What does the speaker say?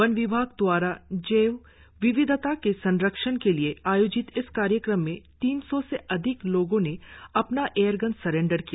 one विभाग दवारा जैव विविधता के संरक्षण के लिए आयोजित इस कार्यक्रम में तीन सौ से अधिक लोगो ने अपना एयरगन सरेंडर किया